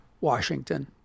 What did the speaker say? Washington